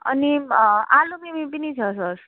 अनि आलु मिमी पनि छ सर